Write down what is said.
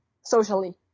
socially